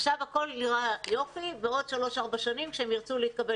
עכשיו הכול נראה יפה ובעוד כמה שנים כשהם ירצו להתקבל